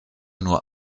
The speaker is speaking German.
nur